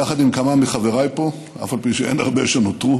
יחד עם כמה מחבריי פה, אף על פי שאין הרבה שנותרו,